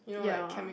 ya